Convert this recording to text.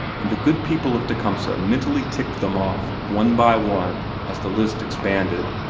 and the good people of tecumseh mentally ticked them off, one by one, as the list expanded.